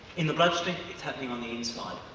in the bloodstream it's happening on the inside.